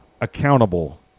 accountable